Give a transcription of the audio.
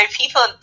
people